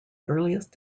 earliest